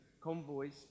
convoys